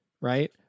right